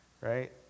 right